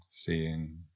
Seeing